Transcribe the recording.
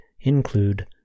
include